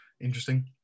interesting